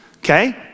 Okay